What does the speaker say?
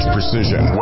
Precision